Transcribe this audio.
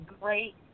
great